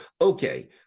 okay